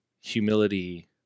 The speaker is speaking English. humility